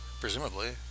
presumably